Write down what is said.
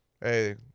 Hey